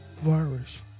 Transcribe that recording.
virus